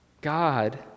God